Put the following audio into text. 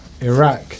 Iraq